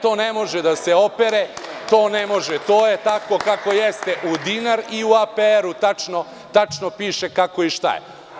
To ne može da se opere, to ne može, to je tako kako jeste u dinar i u APR tačno piše kako i šta je.